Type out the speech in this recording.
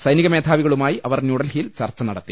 സൈനിക മേധാവികളുമായി അവർ ന്യൂഡൽഹിയിൽ ചർച്ച നടത്തി